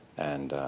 and